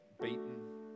beaten